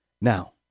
Now